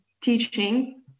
teaching